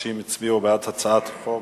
אנשים הצביעו בעד הצעת חוק